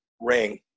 ring